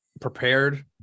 prepared